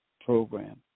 program